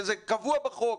וזה קבוע בחוק,